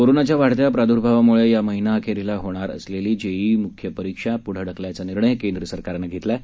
कोरोनाच्या वाढत्या प्रादुर्भावामुळे या महिनाअखेरीला होणार असलेली जेईई मुख्य परीक्षा पुढं ढकलायचा निर्णय़ केंद्रसरकारनं घेतला आहे